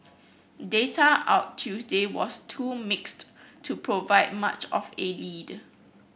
data out Tuesday was too mixed to provide much of a lead